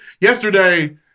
yesterday